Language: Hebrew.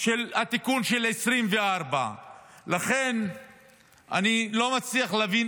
של התיקון של 2024. לכן אני לא מצליח להבין